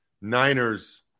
Niners